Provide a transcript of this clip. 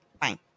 Fine